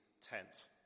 tent